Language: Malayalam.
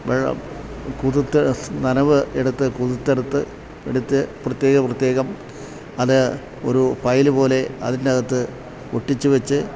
വെള്ളം കുതിർത്ത് നനവ് എടുത്ത് കുതിര്ത്തെടുത്ത് എടുത്തു പ്രത്യേകം പ്രത്യേകം അത് ഒരു ഫയല് പോലെ അതിന്റകത്ത് ഒട്ടിച്ചുവച്ച്